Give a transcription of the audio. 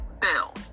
bill